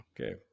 Okay